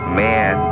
man